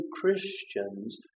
Christians